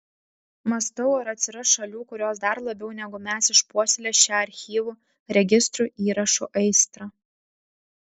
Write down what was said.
mąstau ar atsiras šalių kurios dar labiau negu mes išpuoselės šią archyvų registrų įrašų aistrą